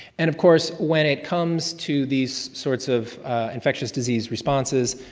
and of course, when it comes to these sorts of infectious disease responses,